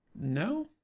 No